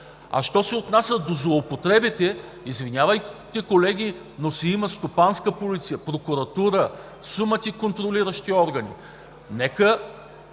А що се отнася до злоупотребите, извинявайте, колеги, но си има стопанска полиция, прокуратура, сума ти контролиращи органи и нека